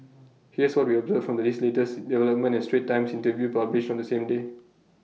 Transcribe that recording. here's what we observed from this latest development and straits times interview published on the same day